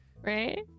Right